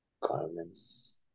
Garments